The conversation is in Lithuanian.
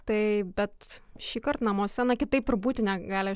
tai bet šįkart namuose na kitaip ir būti negali